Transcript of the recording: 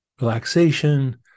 relaxation